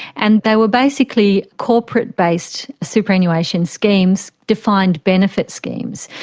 and they were basically corporate based superannuation schemes, defined benefit schemes.